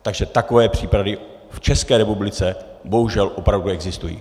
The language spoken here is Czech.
Takže takové případy v České republice bohužel opravdu existují.